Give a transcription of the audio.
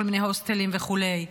בכל מיני ההוסטלים וכולי.